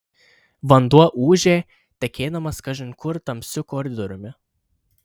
vanduo ūžė tekėdamas kažin kur tamsiu koridoriumi